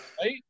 Right